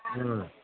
ꯎꯝ